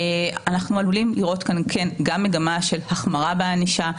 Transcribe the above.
אנחנו עלולים לראות כאן גם מגמה של החמרה בענישה,